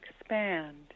expand